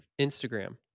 Instagram